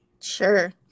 Sure